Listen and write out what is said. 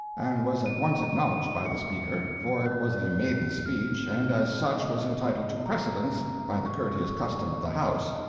and was at once acknowledged by the speaker, for it was a maiden speech, and as such was entitled to precedence by the courteous custom of the house,